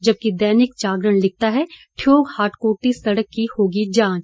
जबकि दैनिक जागरण लिखता है ठियोग होटकोटी सड़क की होगी जांच